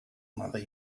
mother